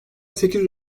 sekiz